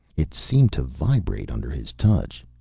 it seemed to vibrate under his touch.